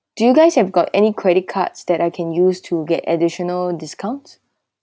do you guys have got any credit cards that I can use to get additional discount